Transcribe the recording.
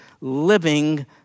living